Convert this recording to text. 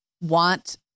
want